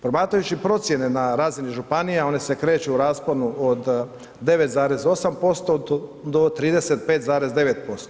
Promatrajući procjene na razini županija, one se kreću u rasponu od 9,8% do 35,9%